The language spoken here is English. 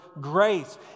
grace